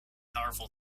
powerful